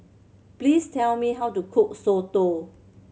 please tell me how to cook soto